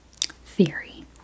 theory